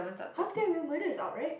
How to Get Away with Murder is out right